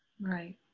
Right